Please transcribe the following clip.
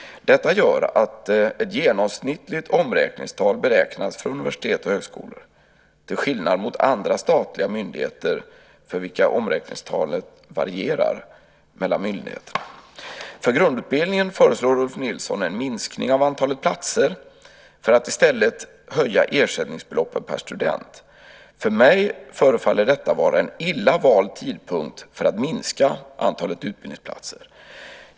Detta gör att ett genomsnittligt omräkningstal beräknas för universitet och högskolor - till skillnad från andra statliga myndigheter för vilka omräkningstalet varierar mellan myndigheterna. För grundutbildningen föreslår Ulf Nilsson en minskning av antalet platser för att i stället höja ersättningsbeloppen per student. För mig förefaller detta vara en illa vald tidpunkt för att minska antalet utbildningsplatser.